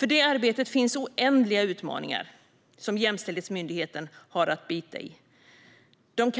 I detta arbete finns oändliga utmaningar, som Jämställdhetsmyndigheten har att bita i. De